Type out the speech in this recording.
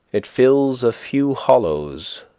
it fills a few hollows,